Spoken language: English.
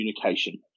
communication